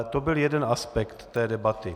To byl jeden aspekt té debaty.